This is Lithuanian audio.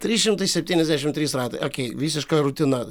trys šimtai septyniasdešim trys ratai akei visiška rutina